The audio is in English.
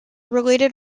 related